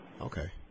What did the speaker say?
Okay